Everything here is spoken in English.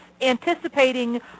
anticipating